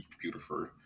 beautiful